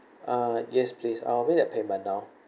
uh yes please I'll make that payment now